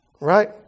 right